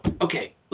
okay